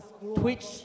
Twitch